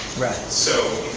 so